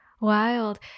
Wild